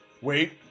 Wait